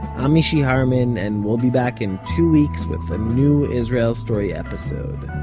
i'm mishy harman, and we'll be back in two weeks with a new israel story episode.